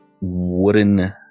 wooden